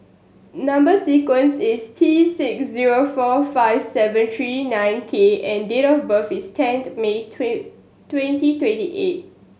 number sequence is T six zero four five seven three nine K and date of birth is tenth May twenty twenty eight